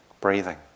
breathing